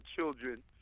children